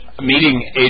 meeting